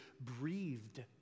breathed